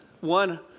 One